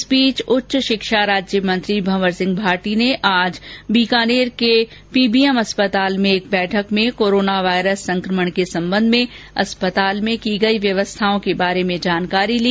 इस बीच उच्च शिक्षा राज्य मंत्री भंवर सिंह भाटी ने आज बीकानेर के पीबीएम अस्पताल में एक बैठक में कोरोना वायरस संक्रमण के संबंध में अस्पताल में की गई व्यवस्थाओं के बारे में जानकारी ली